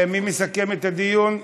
מי מסכם את הדיון?